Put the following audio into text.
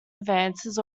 advances